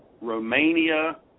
Romania